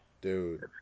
Dude